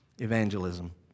evangelism